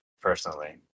personally